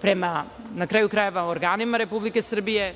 prema na kraju krajeva organima Republike Srbije.